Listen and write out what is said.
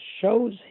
shows